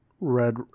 Red